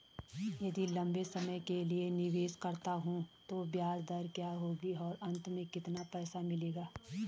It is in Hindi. यदि लंबे समय के लिए निवेश करता हूँ तो ब्याज दर क्या होगी और अंत में कितना पैसा मिलेगा?